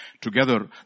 Together